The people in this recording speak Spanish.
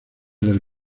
del